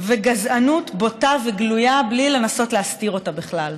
וגזענות בוטה וגלויה, בלי לנסות להסתיר אותה בכלל,